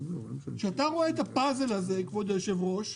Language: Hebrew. כשאתה רואה את הפאזל הזה, כבוד היושב-ראש,